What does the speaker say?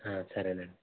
సరేనండి